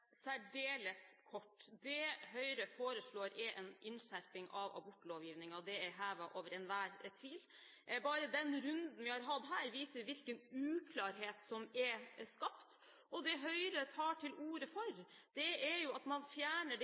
særdeles kort. Det Høyre foreslår, er en innskjerping av abortlovgivningen. Det er hevet over enhver tvil. Bare den runden vi har hatt her viser hvilken uklarhet som er skapt, og det Høyre tar til orde for er å fjerne det